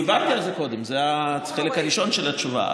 דיברתי על זה קודם, זה החלק הראשון של התשובה.